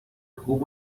خوب